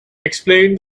explained